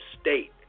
state